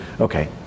Okay